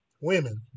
Women